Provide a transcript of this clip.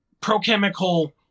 prochemical